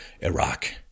Iraq